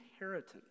inheritance